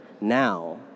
now